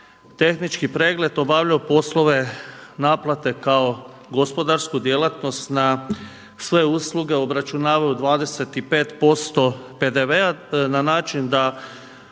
tehnički pregled obavljaju poslove naplate kao gospodarsku djelatnost. Na svoje usluge obračunavaju 25 posto PDV-a na način da